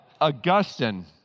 Augustine